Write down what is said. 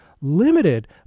limited